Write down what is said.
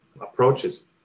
approaches